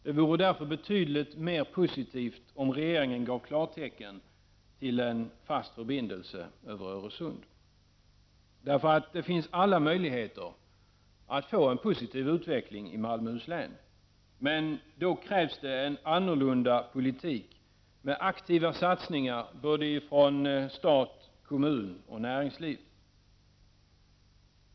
Det vore därför betydligt mer positivt om regeringen gav klartecken till en fast förbindelse över Öresund. Det finns nämligen alla möjligheter att få en positiv utveckling i Malmöhus län. Men för det krävs det en annorlunda politik med aktiva satsningar från såväl stat som kommun och näringsliv.